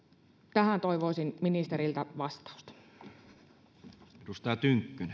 tähän toivoisin ministeriltä vastausta